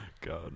God